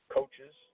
Coaches